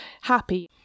happy